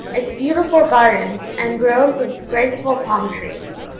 its beautiful gardens, and groves of graceful palm-trees.